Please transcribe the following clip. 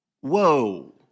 Whoa